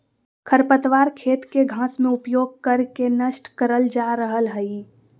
खरपतवार खेत के घास में उपयोग कर के नष्ट करल जा रहल हई